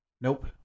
Nope